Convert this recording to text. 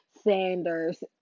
Sanders